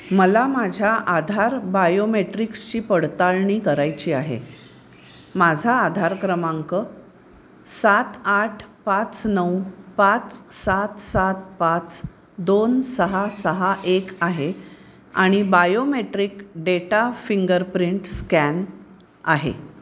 मला माझ्या आधार बायोमेट्रिक्सची पडताळणी करायची आहे माझा आधार क्रमांक सात आठ पाच नऊ पाच सात सात पाच दोन सहा सहा एक आहे आणि बायोमेट्रिक डेटा फिंगरप्रिंट स्कॅन आहे